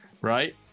right